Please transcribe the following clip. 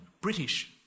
British